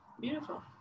beautiful